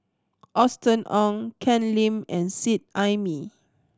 Austen Ong Ken Lim and Seet Ai Mee